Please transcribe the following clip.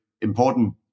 important